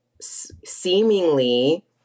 seemingly